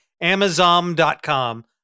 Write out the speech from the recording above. Amazon.com